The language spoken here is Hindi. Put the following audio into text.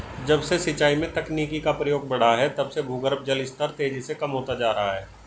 जब से सिंचाई में तकनीकी का प्रयोग बड़ा है तब से भूगर्भ जल स्तर तेजी से कम होता जा रहा है